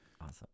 Awesome